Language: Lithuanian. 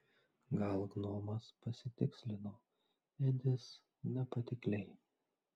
gal gnomas pasitikslino edis nepatikliai